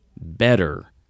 better